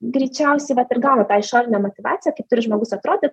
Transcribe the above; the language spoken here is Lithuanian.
greičiausiai vat ir gavo tą išorinę motyvaciją kaip turi žmogus atrodyt